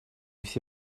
все